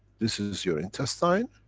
this is your intestine,